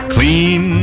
Clean